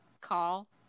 call